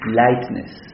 lightness